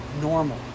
Normal